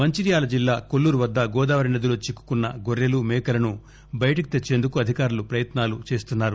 మంచిర్యాల జిల్లా కోల్లూరు వద్ద గోదావరి నదిలో చిక్కుకున్న గొర్రెలు మేకలను బయటికి తెచ్చేందుకు అధికారులు ప్రయత్నాలు చేస్తున్నారు